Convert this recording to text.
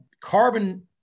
Carbon